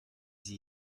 sie